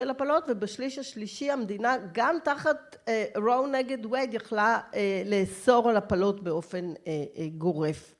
להפלות ובשליש השלישי המדינה גם תחת raw נגד wade יכלה לאסור על הפלות באופן גורף